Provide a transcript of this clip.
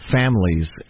families